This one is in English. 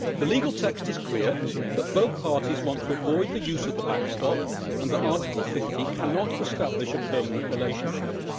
the legal text is clear that both parties want to avoid the use of the backstop and that article fifty cannot establish a permanent relationship.